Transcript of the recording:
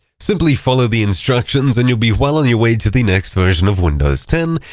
simply follow the instructions and you'll be well on your way to the next version of windows ten.